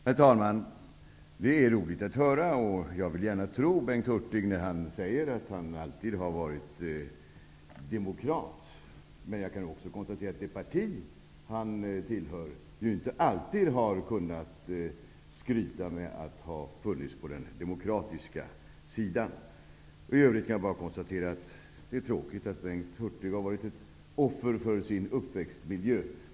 Herr talman! Det är roligt att höra att -- och jag vill gärna tro det -- Bengt Hurtig alltid har varit demokrat. Men jag kan också konstatera att det parti som han tillhör inte alltid har kunnat skryta med att ha funnits på den demokratiska sidan. I övrigt är det tråkigt att Bengt Hurtig har varit ett offer för sin uppväxtmiljö.